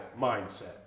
mindset